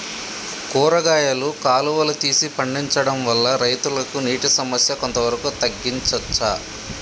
కూరగాయలు కాలువలు తీసి పండించడం వల్ల రైతులకు నీటి సమస్య కొంత వరకు తగ్గించచ్చా?